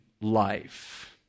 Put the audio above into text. life